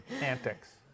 antics